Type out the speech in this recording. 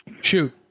Shoot